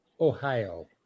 Ohio